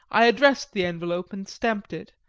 i addressed the envelope and stamped it,